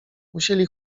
musieli